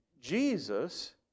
Jesus